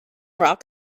rock